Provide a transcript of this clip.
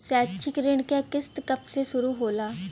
शैक्षिक ऋण क किस्त कब से शुरू होला?